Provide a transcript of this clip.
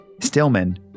Stillman